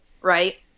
right